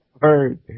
heard